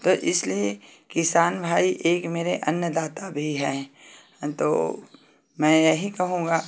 तो इसलिए किसान भाई एक मेरे अन्नदाता भी हैं हम तो मैं यही कहूँगा